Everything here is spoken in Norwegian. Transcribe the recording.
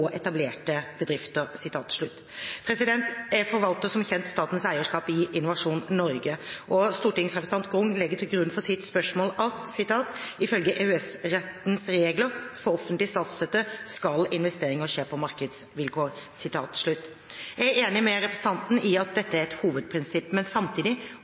etablerte bedrifter». Jeg forvalter som kjent statens eierskap i Innovasjon Norge. Stortingsrepresentanten Grung legger til grunn for sitt spørsmål at «Ifølge EØS-rettens regler for offentlig statsstøtte skal investeringer skje på markedsvilkår». Jeg er enig med representanten Grung i at dette er et hovedprinsipp, men samtidig